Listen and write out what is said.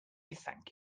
thank